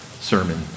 sermon